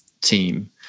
team